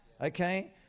okay